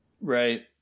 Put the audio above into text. Right